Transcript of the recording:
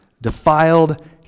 defiled